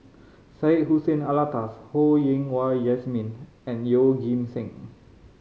Syed Hussein Alatas Ho Yen Wah Jesmine and Yeoh Ghim Seng